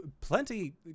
plenty